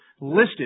listed